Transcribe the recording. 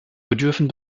bedürfen